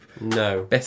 no